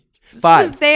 five